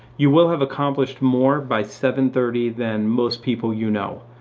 you will have accomplished more by seven thirty than most people you know.